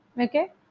Okay